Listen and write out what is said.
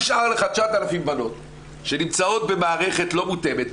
עכשיו נשארו 9,000 בנות שנמצאות במערכת לא מותאמת,